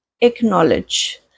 acknowledge